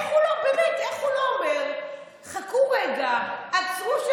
באמת, איך הוא לא אומר "חכו רגע, עצרו"?